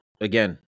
again